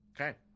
Okay